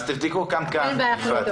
אז תבדוק גם כאן, אפרת.